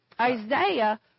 Isaiah